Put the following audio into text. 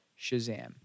Shazam